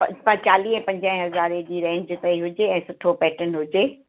ब चालीह पंजाह हज़ारे जी रेंज ताईं हुजे ऐं सुठो पेटर्न हुजे